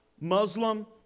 Muslim